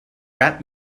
rap